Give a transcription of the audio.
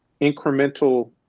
incremental